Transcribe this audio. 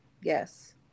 yes